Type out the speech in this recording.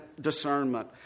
discernment